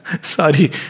Sorry